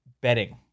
betting